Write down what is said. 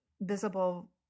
visible